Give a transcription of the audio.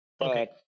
Okay